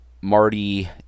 Marty